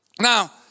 Now